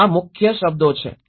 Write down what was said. તો આ મુખ્ય શબ્દો છે